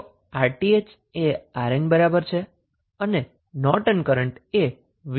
તો 𝑅𝑇ℎ એ 𝑅𝑁 બરાબર છે અને નોર્ટન કરન્ટ એ 𝑉𝑇ℎ𝑅𝑇ℎ છે